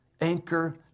Anchor